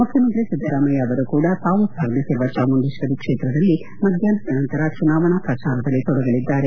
ಮುಖ್ಯಮಂತ್ರಿ ಸಿದ್ದರಾಮಯ್ಯ ಅವರು ಕೂಡ ತಾವು ಸ್ಪರ್ಧಿಸಿರುವ ಚಾಮುಂಡೇಶ್ವರಿ ಕ್ಷೇತ್ರದಲ್ಲಿ ಮಧ್ಯಾಹ್ನದ ನಂತರ ಚುನಾವಣಾ ಪ್ರಚಾರದಲ್ಲಿ ತೊಡಗಲಿದ್ದಾರೆ